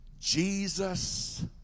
Jesus